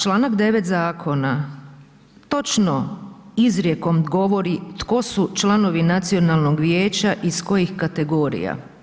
Članak 9. zakona točno izrijekom govori tko su članovi nacionalnog vijeća i iz kojih kategorija.